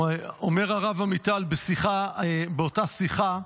אומר הרב עמיטל באותה שיחה: